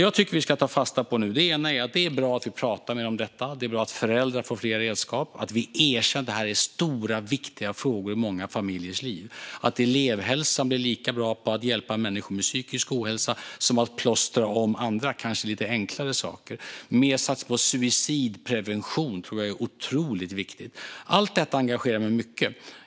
Jag tycker att vi ska ta fasta på att vi pratar om denna fråga. Det är bra att föräldrar får fler redskap. Vi ska erkänna att detta är stora och viktiga frågor i många familjers liv. Elevhälsan ska bli lika bra på att hjälpa människor med psykisk ohälsa som att plåstra om andra kanske lite enklare saker. Att satsa mer på suicidprevention är otroligt viktigt. Allt detta engagerar mig mycket.